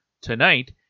tonight